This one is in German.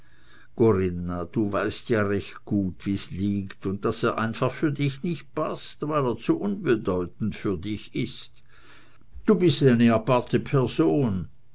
corinna du weißt ja recht gut wie's liegt und daß er einfach für dich nicht paßt weil er zu unbedeutend für dich ist du bist eine aparte person